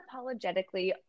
unapologetically